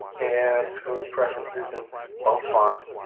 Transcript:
and so go to preferences and bulk farm,